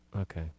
Okay